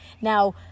Now